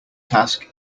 task